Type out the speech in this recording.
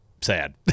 sad